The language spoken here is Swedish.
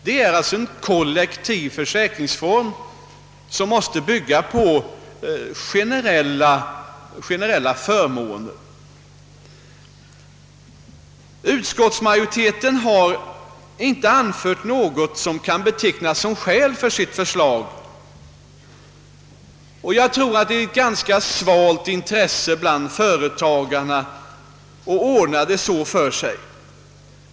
Det är en kollektiv försäkringsform som måste bygga på generella förmåner. Utskottsmajoriteten har inte anfört något som kan betecknas som skäl för sitt förslag, och jag tror att det råder ett ganska svagt intresse bland företagarna att ordna det för sig på detta sätt.